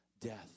death